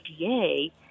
FDA